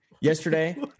yesterday